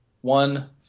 one